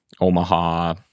omaha